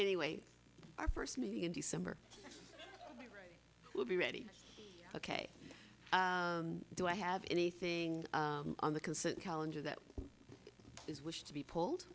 anyway our first meeting in december will be ready ok do i have anything on the consent calendar that is wish to be pulled